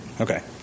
Okay